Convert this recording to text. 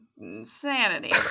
insanity